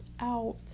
out